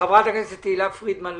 חברת הכנסת אורלי פרומן,